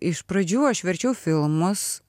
iš pradžių aš verčiau filmus